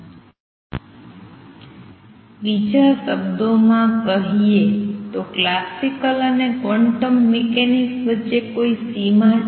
બીજા શબ્દોમાં કહીએ તો ક્લાસિકલ અને ક્વોન્ટમ મિકેનિક્સ વચ્ચે કોઈ સીમા છે